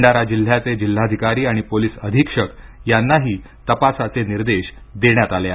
भंडारा जिल्ह्याचे जिल्हाधिकारी आणि पोलीस अधीक्षक यांनाही तपासाचे निर्देश देण्यात आले आहेत